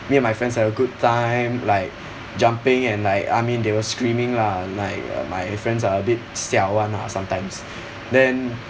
me and my friends had a good time like jumping and like I mean they were screaming lah like my friends are a bit siao [one] lah sometimes then